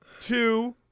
two